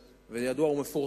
וזה גם היה הרבה בכותרות,